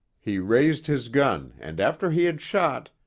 he raised his gun and after he had shot,